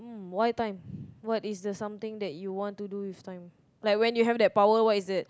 why time what is the something that you want to do with time like when you have that power what is that